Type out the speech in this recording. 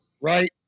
right